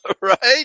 Right